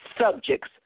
subjects